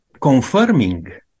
confirming